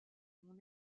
mon